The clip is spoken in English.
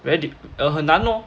very dif~ err 很难 lor